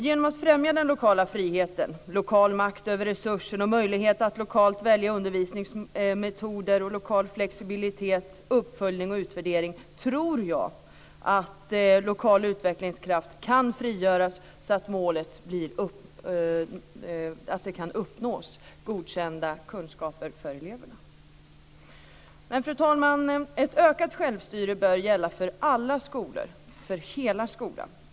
Genom att främja den lokala friheten, lokal makt över resurser och möjlighet att lokalt välja undervisningsmetoder och lokal flexibilitet, uppföljning och utvärdering, tror jag att lokal utvecklingskraft kan frigöras så att målet kan uppnås - godkända kunskaper för eleverna. Fru talman! Ett ökat självstyre bör gälla för alla skolor, för hela skolan.